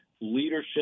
leadership